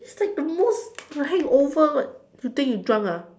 it's like the most the hangover what your think you drunk ah